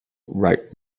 right